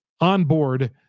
onboard